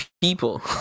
people